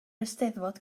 eisteddfod